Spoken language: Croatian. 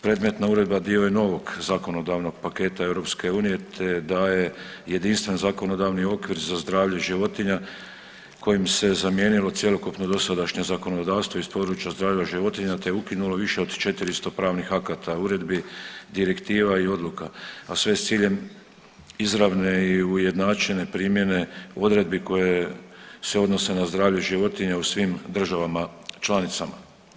Predmetna uredba dio je novog zakonodavnog paketa EU te daje jedinstveni zakonodavni okvir za zdravlje životinja kojim se zamijenilo cjelokupno dosadašnje zakonodavstvo iz područja zdravlja životinja te ukinulo više od 400 pravnih akata, uredbi, direktiva i odluka, a sve s ciljem izravne i ujednačene primjene odredbi koje se odnose na zdravlje životinja u svim državama članicama.